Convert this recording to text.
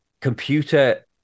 Computer